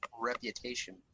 reputation